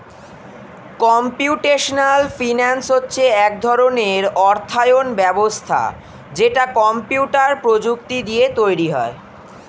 computational finance হচ্ছে এক ধরণের অর্থায়ন ব্যবস্থা যেটা কম্পিউটার প্রযুক্তি দিয়ে হয়